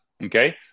Okay